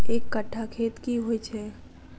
एक कट्ठा खेत की होइ छै?